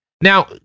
Now